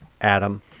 Adam